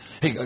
Hey